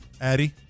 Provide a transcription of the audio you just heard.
Addie